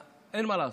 אין מה לעשות.